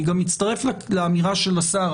אני גם מצטרף לאמירה של השר.